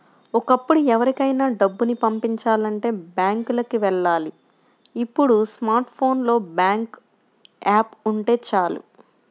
ఒకప్పుడు ఎవరికైనా డబ్బుని పంపిచాలంటే బ్యాంకులకి వెళ్ళాలి ఇప్పుడు స్మార్ట్ ఫోన్ లో బ్యాంకు యాప్ ఉంటే చాలు